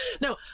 No